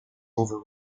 over